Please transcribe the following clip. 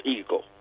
eagle